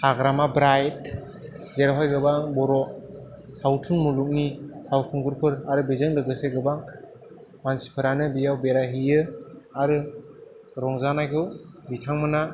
हाग्रामा ब्राइद जेरावहाय गोबां बर' सावथुन मुलुगनि फावखुंगुरफोर आरो बेजों लोगोसे गोबां मानसिफोरानो बेयाव बेराय हैयो आरो रंजानायखौ बिथांमोना